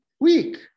weak